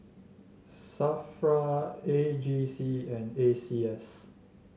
Safra A G C and A C S